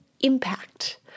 impact